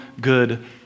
good